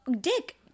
Dick